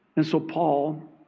and so paul,